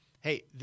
hey